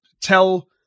Tell